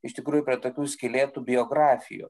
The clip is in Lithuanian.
iš tikrųjų prie tokių skylėtų biografijų